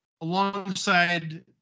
alongside